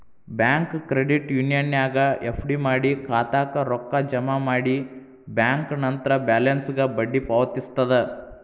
bank credit ಯೂನಿಯನ್ನ್ಯಾಗ್ FD ಮಾಡಿ ಖಾತಾಕ್ಕ ರೊಕ್ಕ ಜಮಾ ಮಾಡಿ ಬ್ಯಾಂಕ್ ನಂತ್ರ ಬ್ಯಾಲೆನ್ಸ್ಗ ಬಡ್ಡಿ ಪಾವತಿಸ್ತದ